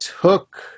took